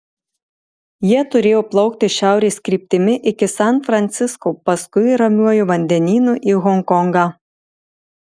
jie turėjo plaukti šiaurės kryptimi iki san francisko paskui ramiuoju vandenynu į honkongą